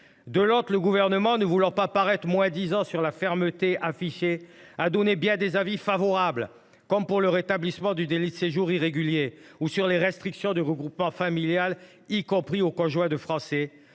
De l’autre, le Gouvernement, ne voulant pas paraître moins disant sur la « fermeté » affichée, a émis de nombreux avis favorables, par exemple sur le rétablissement du délit de séjour irrégulier ou sur les restrictions au regroupement familial, y compris pour les conjoints de Français.